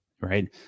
Right